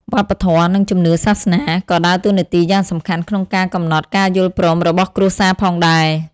វប្បធម៌ និងជំនឿសាសនាក៏ដើរតួនាទីយ៉ាងសំខាន់ក្នុងការកំណត់ការយល់ព្រមរបស់គ្រួសារផងដែរ។